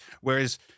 Whereas